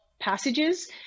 passages